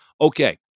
Okay